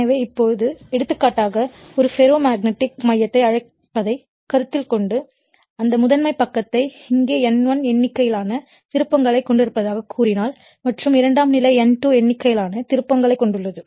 எனவே இப்போது எடுத்துக்காட்டாக ஒரு ஃபெரோ மேக்னெட்டிக் மையத்தை அழைப்பதைக் கருத்தில் கொண்டு இந்த முதன்மை பக்கத்தை இங்கே N1 எண்ணிக்கையிலான திருப்பங்களைக் கொண்டிருப்பதாகக் கூறினால் மற்றும் இரண்டாம் நிலை N2 எண்ணிக்கையிலான திருப்பங்களைக் கொண்டுள்ளது